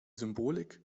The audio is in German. symbolik